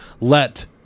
let